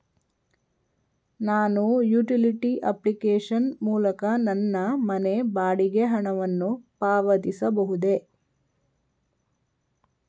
ನಾನು utility application ಮೂಲಕ ನನ್ನ ಮನೆ ಬಾಡಿಗೆ ಹಣವನ್ನು ಪಾವತಿಸಬಹುದೇ?